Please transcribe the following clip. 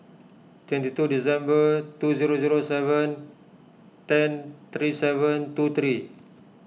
twenty two December two zero zero seven ten three seven two three